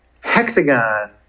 hexagon